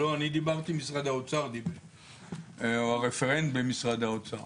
דיברתי עם הרפרנט במשרד האוצר.